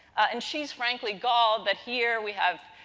and, she's frankly galled that here we have